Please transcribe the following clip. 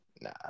nah